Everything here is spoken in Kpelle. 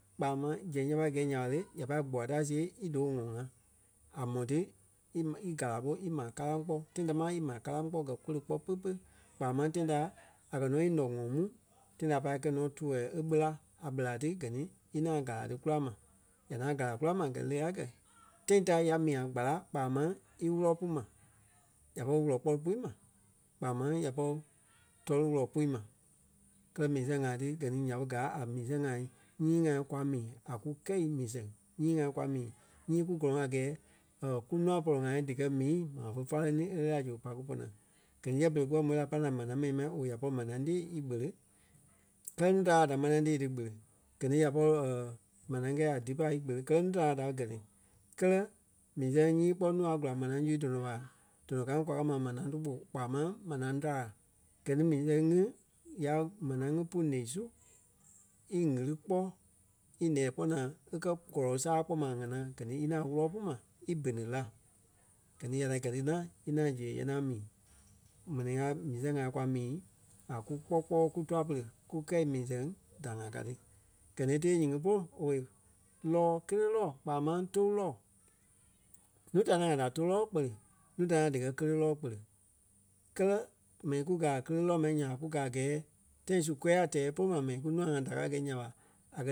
kpaa máŋ zɛŋ ya pai gɛi nya ɓa le, ya pai gbua ta siɣe í doo ŋɔi ŋa. A mɔ ti í- íkala ɓo ímaa kalaŋ kpɔ́ tãi tamaa ímaa kalaŋ kpɔ́ gɛ́ kole kpɔ́ pe-pe kpaa máŋ tãi ta a kɛ̀ nɔ í lɔ ŋɔi mu tãi ta a pai kɛ̂i nɔ tuwɛɛ e kpila, a kpila ti gɛ ni e ŋaŋ kala ti kula mai. Ya ŋaŋ kala mai gɛ́ le ya. Tãi ta ya mii a kpala kpaa máŋ í wúlɔ pú ma. Ya pɔri wúlɔ kpɔlu pui mai kpaa máŋ ya pɔri tɔɔ-lu wúlɔ pui mai. Kɛ mii sɛŋ ŋai ti gɛ ni ya ɓe gaa a mii sɛŋ ŋai nyii ŋai kwa mii a kú kɛ́i mii sɛŋ nyii ŋai kwa mii. Nyii kú gɔlɔŋ a gɛɛ kunûa pɔlɔ-ŋai díkɛ mii maa fé fáleŋ ni e lɛ́ɛ la zu kwa ku pɔ́ naa. Gɛ ni yɛ berei kukɛ mó lai e pîlaŋ la manaa mɛni ma owei ya pɔri manaa tee íkpele. Kɛ́lɛ núu da ŋai manaa tee díkpele. Gɛ ni ya pɔri manaa kɛi a dípai íkpele kɛlɛ núu da ŋai da gɛ́ ti. Kɛ́lɛ mii sɛŋ nyii kpɔ́ nuu a gula manaa su tɔnɔ ɓa, tɔnɔ kaa ŋí kwa kɛ́ ma manaa tou-gɓɔ kpaa máŋ manaa daa. Gɛ ni mii sɛŋ ŋí ya manaa ŋí pu ǹeɣii su í ɣili kpɔ́ ílɛɛ kpɔ́ naa e kɛ̀ kɔlɔ sàa kpɔ́ ma a ŋanaa gɛ ni í ŋaŋ wúlɔ pu ma í bene la. Gɛ ni ya ŋaŋ gɛ́ ni ŋaŋ, í ŋaŋ zee i ŋaŋ mii. Mɛni ŋai mii sɛŋ ŋai kwa mii a kú kpɔ́ kpɔɔi kú tûa-pere kú kɛ́i mii sɛŋ da ŋai ka ti. Gɛ ni e tee nyiŋí polu owei. Lɔ́ɔ kéle lɔɔ kpaa máŋ tou lɔ́ɔ. Núu da ni ŋai da tou lɔ́ɔ kpele, núu da ni ŋai díkɛ kéle lɔ́ɔ kpele kɛlɛ mɛni kú gaa kéle lɔ́ɔ ma nya ɓa kú gáa a gɛɛ tãi su kôya tɛɛ bɔlɔ ma mɛnni kunûa ŋai díkaa gɛi nya ɓa a gɛɛ